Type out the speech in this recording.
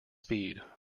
speed